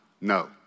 No